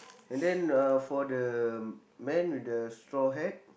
and then uh for the man with the straw hat